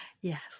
Yes